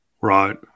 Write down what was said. Right